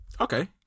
Okay